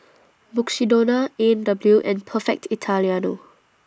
Mukshidonna A and W and Perfect Italiano